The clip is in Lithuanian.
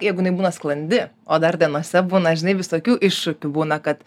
jeigu jinai būna sklandi o dar dienose būna žinai visokių iššūkių būna kad